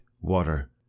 water